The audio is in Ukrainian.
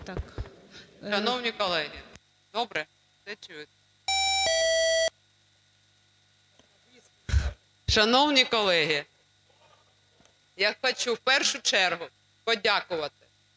Шановні колеги, я хочу в першу чергу подякувати